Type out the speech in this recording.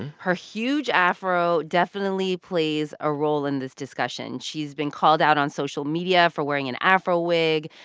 her huge afro definitely plays a role in this discussion. she's been called out on social media for wearing an afro wig.